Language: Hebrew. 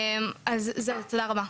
תודה רבה.